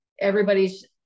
everybody's